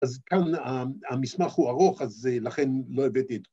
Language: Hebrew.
‫אז כאן המסמך הוא ארוך, ‫אז לכן לא הבאתי אתו.